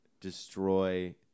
destroy